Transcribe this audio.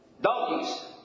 donkeys